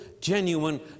genuine